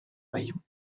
rayon